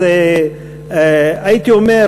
אז הייתי אומר